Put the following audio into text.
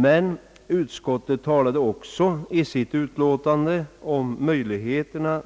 Men utskottet talade också i sitt utlåtande om möjligheterna